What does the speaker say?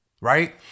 right